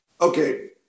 Okay